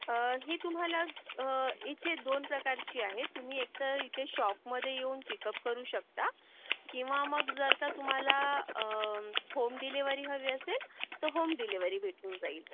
हे तुम्हाला इथे दोन प्रकारचे आहे तुम्ही एक तर इथे शॉपमध्ये येऊन पिकअप करू शकता किंवा मग जर का तुम्हाला होम डिलेवरी हवी असेल तर होम डिलेवरी भेटून जाईल